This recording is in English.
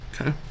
okay